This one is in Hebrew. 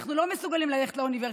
אנחנו לא מסוגלים ללכת לאוניברסיטה.